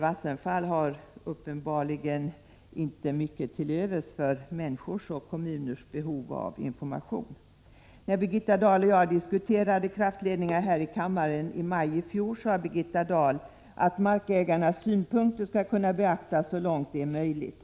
Vattenfall har uppenbarligen inte mycket till övers för människors och kommuners behov av information. När Birgitta Dahl och jag diskuterade frågan om kraftledningarna här i riksdagen i maj i fjol sade Birgitta Dahl att ”markägarnas synpunkter skall kunna beaktas så långt det är möjligt”.